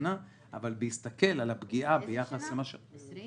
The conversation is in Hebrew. שנה אבל בהסתכל על הפגיעה ביחס -- בשנת 2020?